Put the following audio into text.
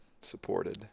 supported